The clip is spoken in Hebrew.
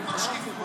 אם כבר שקיפות.